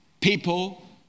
people